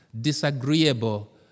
disagreeable